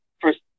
first